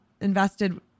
invested